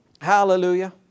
Hallelujah